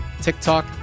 TikTok